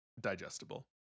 digestible